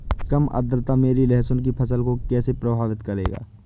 कम आर्द्रता मेरी लहसुन की फसल को कैसे प्रभावित करेगा?